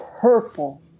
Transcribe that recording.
purple